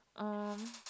um